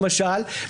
למשל,